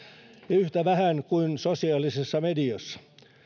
yhtä vähän kuin sosiaalisessa mediassa